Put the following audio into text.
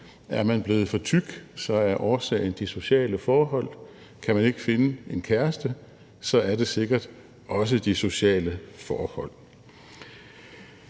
er man blevet for tyk, er årsagen de sociale forhold, kan man ikke finde en kæreste, er det sikkert også de sociale forhold.